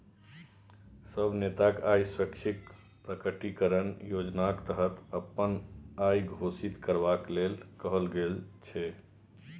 सब नेताकेँ आय स्वैच्छिक प्रकटीकरण योजनाक तहत अपन आइ घोषित करबाक लेल कहल गेल छै